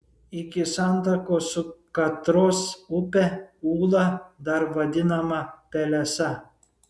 iki santakos su katros upe ūla dar vadinama pelesa